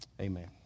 Amen